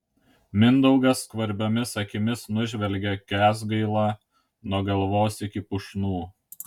mindaugas skvarbiomis akimis nužvelgia kęsgailą nuo galvos iki pušnų